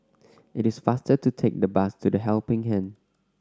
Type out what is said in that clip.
it is faster to take the bus to The Helping Hand